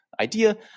idea